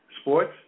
sports